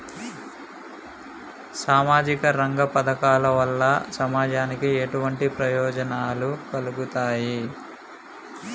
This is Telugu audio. సామాజిక రంగ పథకాల వల్ల సమాజానికి ఎటువంటి ప్రయోజనాలు కలుగుతాయి?